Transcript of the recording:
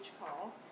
call